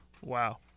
Wow